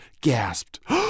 gasped